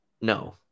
No